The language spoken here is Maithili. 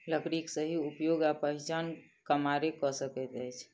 लकड़ीक सही उपयोग आ पहिचान कमारे क सकैत अछि